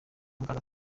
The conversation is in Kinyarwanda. muganga